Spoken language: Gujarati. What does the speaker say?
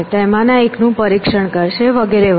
તેમાંના એકનું નિરીક્ષણ કરશે વગેરે વગેરે